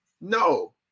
no